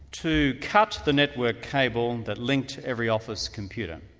to cut the network cable that linked every office computer,